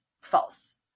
false